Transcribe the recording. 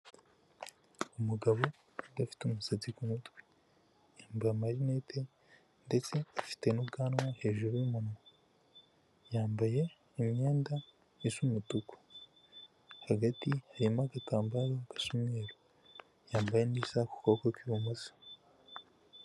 Umugabo udafite umusatsi ku mutwe yambaye marinete ndetse afite n'ubwanwa hejuru y'umunwa, yambaye imyenda isa umutuku, hagati harimo agatambaro gasa umweru, yambaye neza ku kuboko kw'ibumoso.